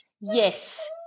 Yes